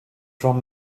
from